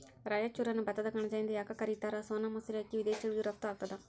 ರಾಯಚೂರನ್ನು ಭತ್ತದ ಕಣಜ ಎಂದು ಯಾಕ ಕರಿತಾರ? ಸೋನಾ ಮಸೂರಿ ಅಕ್ಕಿ ವಿದೇಶಗಳಿಗೂ ರಫ್ತು ಆಗ್ತದ